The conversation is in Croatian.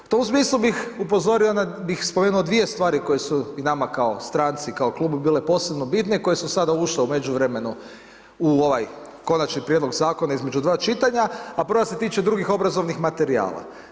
U tom smislu bih spomenuo dvije stvari koje su nama kao stranci, kao klubu bile posebno bitne, koje su sada ušle u međuvremenu u ovaj konačni prijedlog zakona između dva čitanja, a prva se tiče drugih obrazovanih materijala.